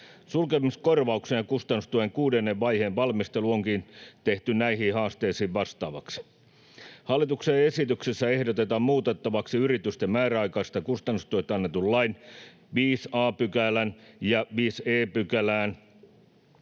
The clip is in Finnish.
Sulkemiskorvauksen ja kustannustuen kuudennen vaiheen valmistelu onkin tehty näihin haasteisiin vastaamiseksi. Hallituksen esityksessä ehdotetaan muutettavaksi yritysten määräaikaisesta kustannus-tuesta annetun lain 5 a §:ää